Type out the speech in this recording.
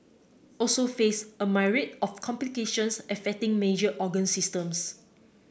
also face a myriad of complications affecting major organ systems